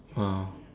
!wow!